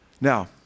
Now